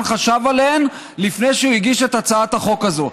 חשב עליהן לפני שהוא הגיש את הצעת החוק הזאת.